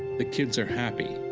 the kids are happy,